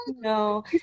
No